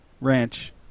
ranch